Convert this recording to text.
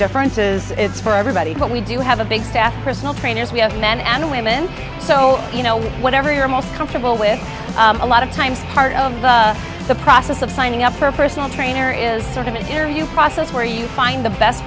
differences it's for everybody but we do have a big staff personal trainers we have men and women so you know whatever you're most comfortable with a lot of times part of the process of signing up for a personal trainer is sort of an interview process where you find the best